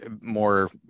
more